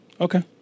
Okay